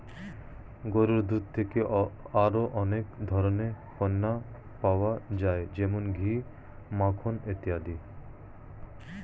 গরুর দুধ থেকে আরো অনেক ধরনের পণ্য পাওয়া যায় যেমন ঘি, মাখন ইত্যাদি